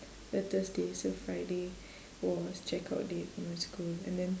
a thursday so friday was check out day for my school and then